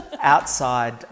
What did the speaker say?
outside